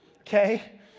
Okay